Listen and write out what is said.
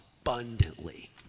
abundantly